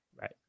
Right